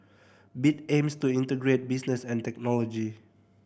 bit aims to integrate business and technology